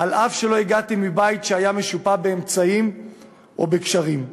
אף שלא הגעתי מבית שהיה משופע באמצעים או בקשרים,